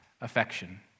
affection